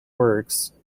works